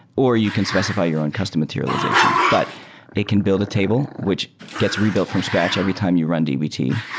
or you can specify your own custom materializations. but it can build a table which gets rebuilt from scratch every time you run dbt.